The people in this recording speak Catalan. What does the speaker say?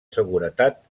seguretat